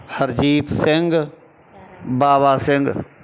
Harjeet Singh Bawa Singh